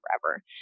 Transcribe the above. forever